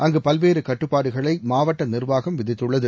அங்கு பல்வேறு கட்டுப்பாடுகளை மாவட்ட நிர்வாகம் விதித்துள்ளது